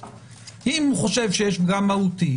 אם הוא חושב שיש פגם מהותי